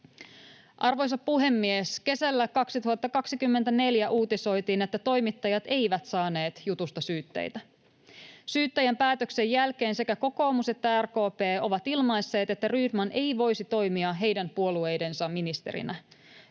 Arvoisa puhemies! Kesällä 2024 uutisoitiin, että toimittajat eivät saaneet jutusta syytteitä. Syyttäjän päätöksen jälkeen sekä kokoomus että RKP ovat ilmaisseet, että Rydman ei voisi toimia heidän puolueidensa ministerinä.